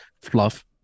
fluff